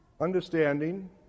understanding